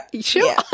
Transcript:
Sure